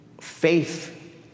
faith